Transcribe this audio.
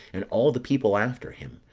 and all the people after him,